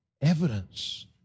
Evidence